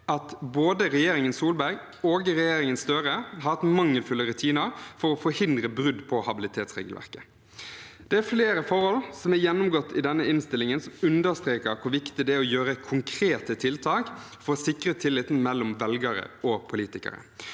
at både regjeringen Solberg og regjeringen Støre har hatt mangelfulle rutiner for å forhindre brudd på habilitetsregelverket. Det er flere forhold som er gjennomgått i denne innstillingen som understreker hvor viktig det er å gjøre konkrete tiltak for å sikre tilliten mellom velgerne og politikerne.